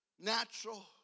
natural